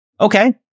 Okay